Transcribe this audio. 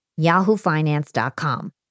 yahoofinance.com